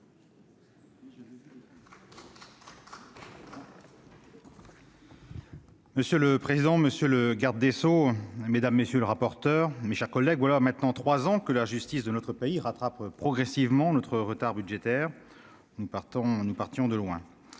Monsieur le président, monsieur le garde des sceaux, mesdames, messieurs les rapporteurs, mes chers collègues, voilà maintenant trois ans que la justice de notre pays rattrape progressivement son retard budgétaire. Nous partions de très